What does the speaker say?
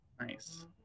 nice